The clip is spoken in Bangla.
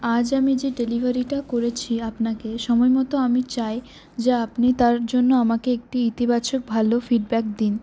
আজ আমি যে ডেলিভারিটা করেছি আপনাকে সময় মতো আমি চাই যে আপনি তার জন্য আমাকে একটি ইতিবাচক ভালো ফিডব্যাক দিন